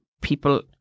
people